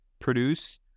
produce